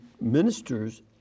ministers